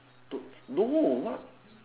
no no what